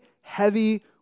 heavy